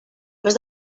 més